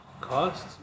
Cost